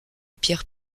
pierre